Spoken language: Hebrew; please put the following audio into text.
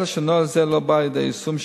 אלא שנוהל זה לא בא לידי יישום,